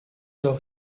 doch